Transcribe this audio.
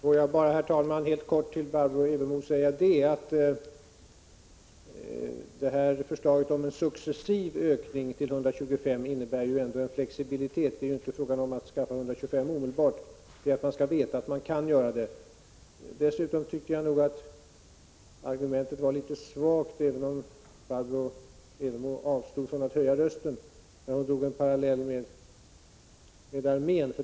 Herr talman! Jag vill bara helt kort säga till Barbro Evermo att förslaget om en successiv ökning till 125 personår ändå innebär en flexibilitet. Det är ju inte frågan om att tillföra 125 personår omedelbart, men man skall veta att möjligheten finns. Dessutom tycker jag att argumentet är litet svagt, även om Barbro Evermo avstod från att höja rösten när hon drog en parallell med armén.